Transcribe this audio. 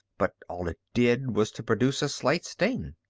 but all it did was to produce a slight sting.